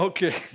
Okay